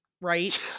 right